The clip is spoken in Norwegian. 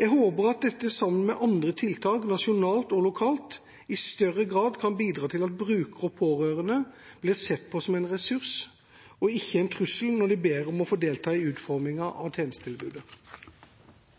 Jeg håper at dette sammen med andre tiltak nasjonalt og lokalt i større grad kan bidra til at brukere og pårørende blir sett på som en ressurs og ikke som en trussel når de ber om å få delta i utformingen av tjenestetilbudet.